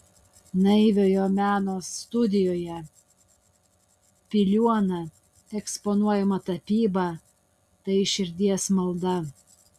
naiviojo meno studijoje piliuona eksponuojama tapyba tai širdies malda